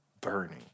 burning